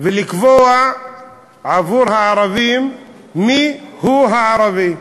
לקבוע עבור הערבים מיהו הערבי.